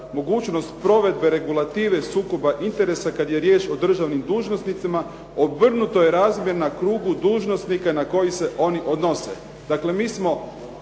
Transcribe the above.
mogućnost provedbe regulative sukoba interesa kada je riječ o državnim dužnosnicima obrnuto je razmjerna krugu dužnosnika na koji se oni odnose.